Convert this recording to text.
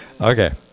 Okay